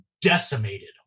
decimated